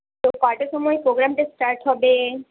তো কটার সময় প্রোগ্রামটা স্টার্ট হবে